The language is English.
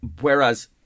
Whereas